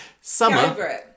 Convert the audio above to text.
Summer